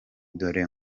dore